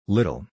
Little